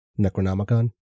Necronomicon